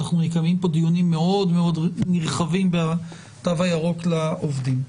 אנחנו מקיימים כאן דיונים מאוד מאוד נרחבים בתו הירוק לעובדים,